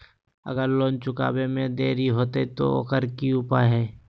अगर लोन चुकावे में देरी होते तो ओकर की उपाय है?